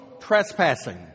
trespassing